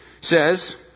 says